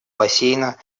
бассейна